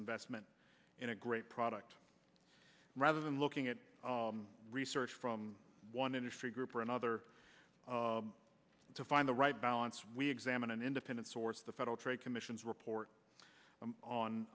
investment in a great product rather than looking at research from one industry group or another to find the right balance we examine an independent source the federal trade commission's report